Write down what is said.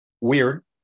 weird